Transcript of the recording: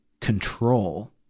control